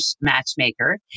matchmaker